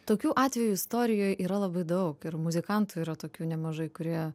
tokių atvejų istorijoj yra labai daug ir muzikantų yra tokių nemažai kurie